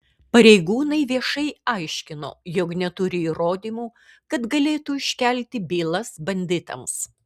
pareigūnai viešai aiškino jog neturi įrodymų kad galėtų iškelti bylas banditams